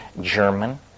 German